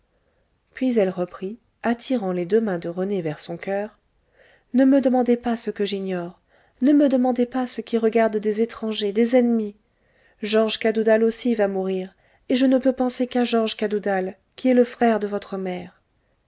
puis elle reprit attirant les deux mains de rené vers son coeur ne me demandez pas ce que j'ignore ne me demandez pas ce qui regarde des étrangers des ennemis georges cadoudal aussi va mourir et je ne peux penser qu'à georges cadoudal qui est le frère de votre mère